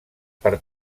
per